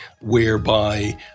whereby